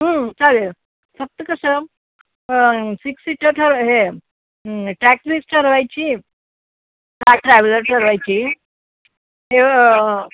चालेल फक्त कसं सिक्स सीटर ठर हे टॅक्सीच ठरवायची का ट्रॅव्हलर ठरवायची हे